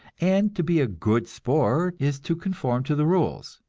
and to be a good sport is to conform to the rules,